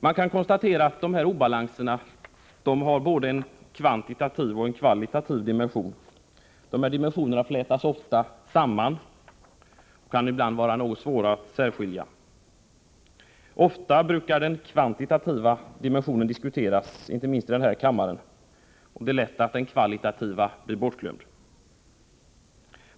Man kan konstatera att dessa obalanser har både en kvantitativ och en kvalitativ dimension. Dessa dimensioner flätas ofta samman och kan ibland vara något svåra att särskilja. Den kvantitativa dimensionen brukar ofta diskuteras, inte minst i den här kammaren, och det är lätt att den kvalitativa blir bortglömd.